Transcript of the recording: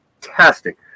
fantastic